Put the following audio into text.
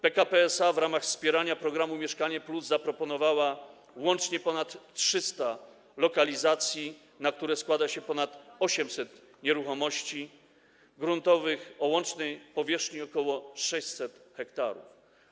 PKP SA w ramach wspierania programu „Mieszkanie+” zaproponowało łącznie ponad 300 lokalizacji, na które składa się ponad 800 nieruchomości gruntowych o łącznej powierzchni ok. 600 ha.